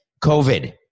COVID